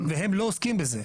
והם לא עוסקים בזה.